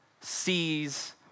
sees